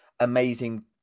amazing